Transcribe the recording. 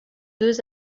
deux